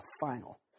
final